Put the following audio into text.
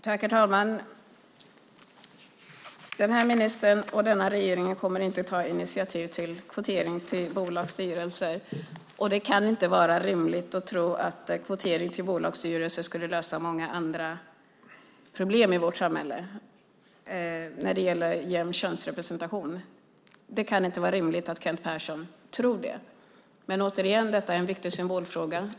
Herr talman! Denna minister och denna regering kommer inte att ta initiativ till kvotering till bolagsstyrelser. Det kan inte vara rimligt att tro att kvotering till bolagsstyrelser skulle lösa många andra problem i vårt samhälle när det gäller jämn könsrepresentation. Det kan inte vara rimligt att Kent Persson tror det. Men återigen: Detta är en viktig symbolfråga.